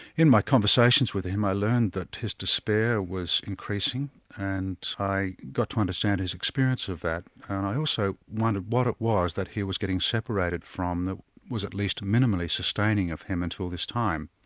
in my conversations with him i learned that his despair was increasing and i got to understand his experience of that and i also wondered what it was that he was getting separated from that was at least minimally sustaining of him, until this time.